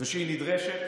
ושהיא נדרשת,